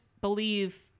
believe